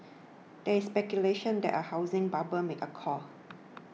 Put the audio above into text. there is speculation that a housing bubble may occur